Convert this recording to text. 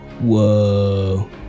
Whoa